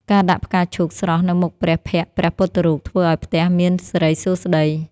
ការដាក់ផ្កាឈូកស្រស់នៅមុខព្រះភ័ក្ត្រព្រះពុទ្ធរូប ធ្វើឱ្យផ្ទះមានសិរីសួស្តី។